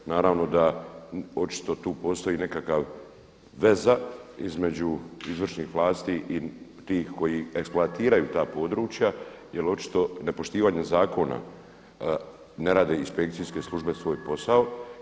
Naravno da očito tu postoji i nekakva veza između izvršenih vlasti i tih koji eksploatiraju ta područja jer očito nepoštivanje zakona ne rade inspekcijske službe svoj posao.